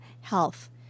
Health